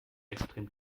extrem